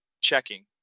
Checking